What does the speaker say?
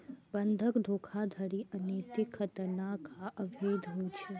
बंधक धोखाधड़ी अनैतिक, खतरनाक आ अवैध होइ छै